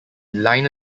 liner